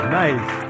nice